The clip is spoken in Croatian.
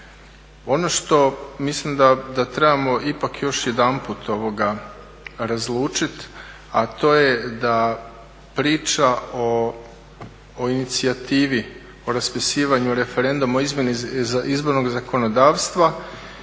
Ono što mislim da trebamo ipak još jednput razlučiti, a to je da priča o inicijativi, o raspisivanju referenduma o izmjeni izbornog zakonodavstva